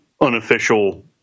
unofficial